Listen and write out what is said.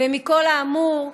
ומכל האמור,